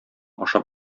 ашап